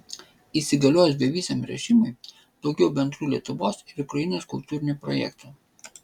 įsigaliojus beviziam režimui daugiau bendrų lietuvos ir ukrainos kultūrinių projektų